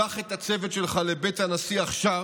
שלח את הצוות שלך לבית הנשיא עכשיו